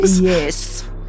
Yes